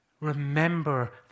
remember